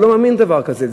והוא לא מאמין לדבר כזה.